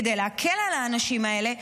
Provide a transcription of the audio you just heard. כדי להקל על האנשים האלה.